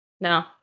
No